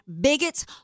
bigots